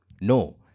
No